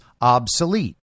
obsolete